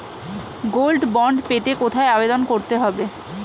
Gold bond পেতে কোথায় আবেদন করতে হবে?